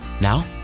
Now